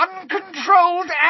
uncontrolled